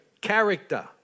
character